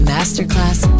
Masterclass